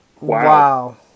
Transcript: Wow